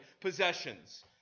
possessions